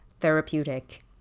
therapeutic